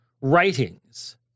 writings